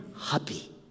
happy